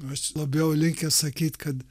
aš labiau linkęs sakyt kad